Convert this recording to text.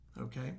okay